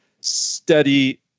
steady